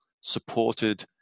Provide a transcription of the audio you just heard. supported